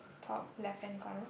top left hand corner